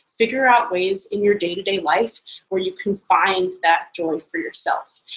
figure out ways in your day to day life where you can find that joy for yourself.